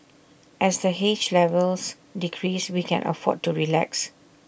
as the haze levels decrease we can afford to relax